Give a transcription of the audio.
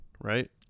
right